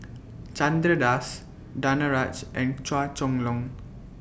Chandra Das Danaraj and Chua Chong Long